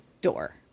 door